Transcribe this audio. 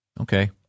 Okay